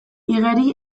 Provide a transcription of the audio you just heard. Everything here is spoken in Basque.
igeri